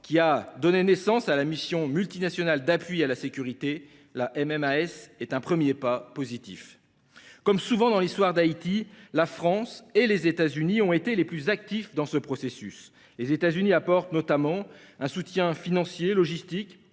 qui a donné naissance à la mission multinationale d’appui à la sécurité, est un premier pas positif. Comme souvent dans l’histoire d’Haïti, la France et les États Unis ont été les plus actifs dans ce processus. Les États Unis apportent notamment à la MMAS un soutien financier, logistique,